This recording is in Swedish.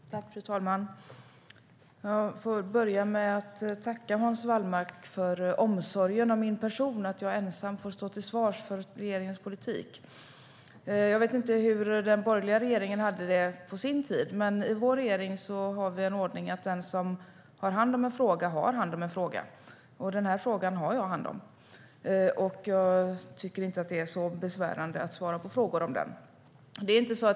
Fru talman! Jag får börja med att tacka Hans Wallmark för hans omsorg om min person, att jag ensam får stå till svars för regeringens politik. Jag vet inte hur det fungerade i den borgerliga regeringen på sin tid, men i vår regering har vi den ordningen att det är den som har hand om en fråga som är ansvarig. Och den här frågan är det jag som har hand om. Jag tycker inte att det är särskilt besvärande att svara på frågor om den.